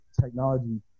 technology